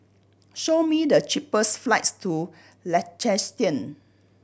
show me the cheapest flights to Liechtenstein